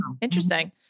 Interesting